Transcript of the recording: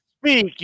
speak